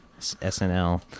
snl